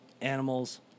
animals